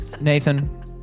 Nathan